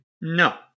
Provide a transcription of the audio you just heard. No